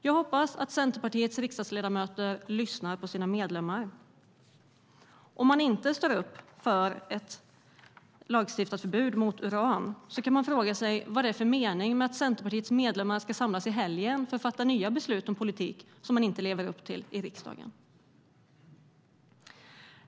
Jag hoppas att Centerpartiets riksdagsledamöter lyssnar på partimedlemmarna. Om man inte står upp för ett uranförbud kan man fråga sig vad det är för mening med att Centerpartiets medlemmar samlas i helgen för att fatta nya beslut om politik som man inte lever upp till i riksdagen.